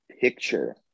picture